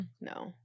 No